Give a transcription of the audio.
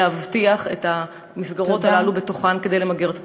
להבטיח את המסגרות הללו בתוכן כדי למגר את התופעה.